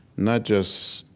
not just